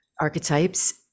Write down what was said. archetypes